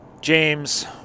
james